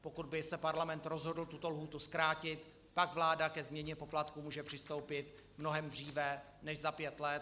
Pokud by se Parlament rozhodl tuto lhůtu zkrátit, tak vláda ke změně poplatků může přistoupit mnohem dříve než za pět let.